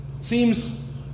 Seems